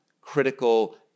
critical